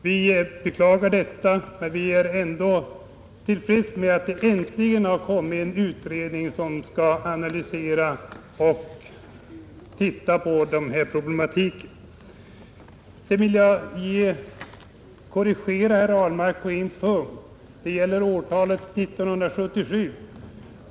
Vi beklagar detta, men vi är ändå till freds med att det äntligen har kommit till stånd en utredning som skall analysera problematiken. Sedan vill jag korrigera herr Ahlmark på en punkt. Det gäller årtalet 1977.